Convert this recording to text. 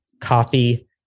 Coffee